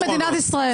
אני עוקב.